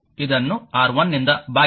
ಇದನ್ನು R1 ನಿಂದ ಭಾಗಿಸಿ